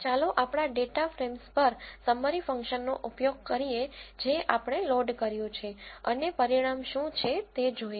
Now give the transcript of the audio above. ચાલો આપણા data frames પર સમ્મરી ફંક્શન નો ઉપયોગ કરીએ જે આપણે લોડ કર્યું છે અને પરિણામ શું છે તે જોઈએ